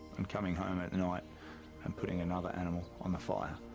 and coming home at and night and putting another animal on the fire.